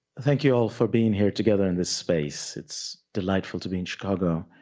thank you all for being here together in this space, it's delightful to be in chicago.